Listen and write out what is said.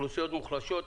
אוכלוסיות מוחלשות,